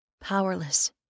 Powerless